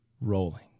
rolling